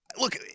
look